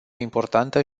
importantă